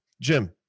Jim